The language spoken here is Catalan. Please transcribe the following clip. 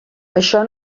això